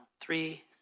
three